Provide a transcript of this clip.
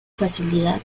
facilidad